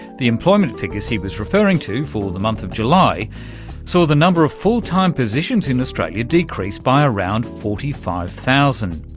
the employment figures he was referring to for the month of july saw so the number of full time positions in australia decrease by around forty five thousand,